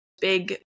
big